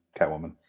Catwoman